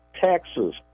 taxes